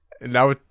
Now